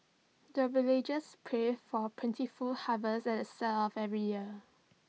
the villagers pray for plentiful harvest at the start of every year